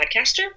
podcaster